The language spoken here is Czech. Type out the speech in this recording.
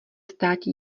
státi